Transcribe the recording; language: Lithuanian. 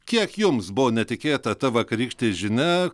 kiek jums buvo netikėta ta vakarykštė žinia